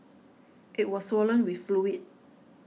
it was swollen with fluid